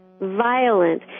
violent